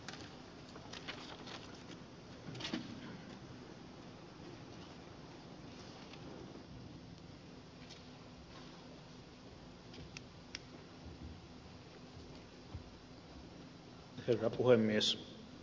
herra puhemies